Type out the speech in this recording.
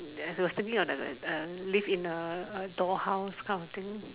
yes was thinking of the like the uh live in a a doll house kind of thing